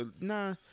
nah